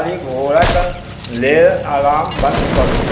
काल्हि भोरके लेल अलार्म बन्द करू